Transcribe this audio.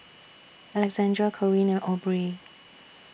Alexandria Corinne Aubrey